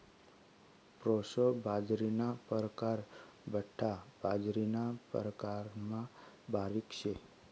proso बाजरीना परकार बठ्ठा बाजरीना प्रकारमा बारीक शे